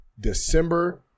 December